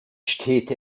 steht